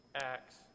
Acts